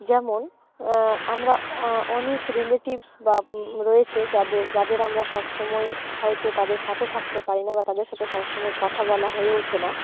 যেমন আমরা অনেক রিলেটিভস বা রয়েছে যাদের যাদের আমরা সবসময় হয়তো তাদের সাথে থাকতে পারি না বা তাদের সাথে সবসময় কথা বলা হয়ে ওঠে না